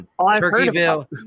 Turkeyville